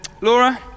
Laura